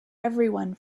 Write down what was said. everyone